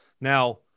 Now